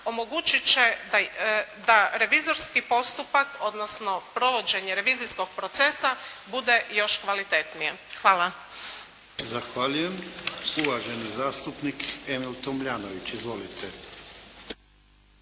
omogućit će da revizorski postupak odnosno provođenje revizijskog procesa bude još kvalitetnije. Hvala. **Jarnjak, Ivan (HDZ)** Zahvaljujem. Uvaženi zastupnik Emil Tomljanović. Izvolite.